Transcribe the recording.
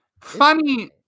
funny